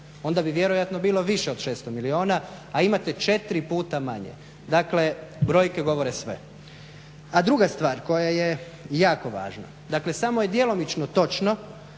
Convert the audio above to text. onda bi vjerojatno bilo više od 600 milijuna, a imate 4 puta manje. Dakle, brojke govore sve. A druga stvar koja je jako važna. Dakle, samo je djelomično točno